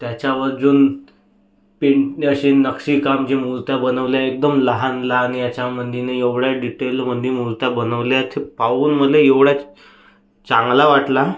त्याच्यावर जो पेंटने असे नक्षीकाम जे मूर्त्या बनवल्या आहे एकदम लहान लहान याच्यामधेन एवढ्या डिटेलमधे मूर्त्या बनवल्या आहेत हे पाहून मला एवढा चांगला वाटला